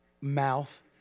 mouth